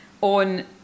on